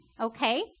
Okay